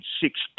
six